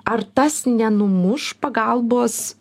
ar tas nenumuš pagalbos